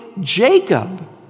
Jacob